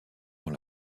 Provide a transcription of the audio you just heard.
dans